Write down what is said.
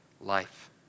life